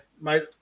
mate